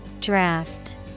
Draft